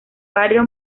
barrio